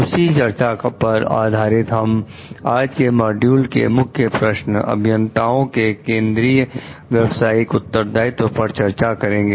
उसी चर्चा पर आधारित हम आज के मॉड्यूल के मुख्य प्रश्न अभियंताओं के केंद्रीय व्यवसायिक उत्तरदायित्व पर चर्चा करेंगे